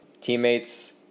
teammates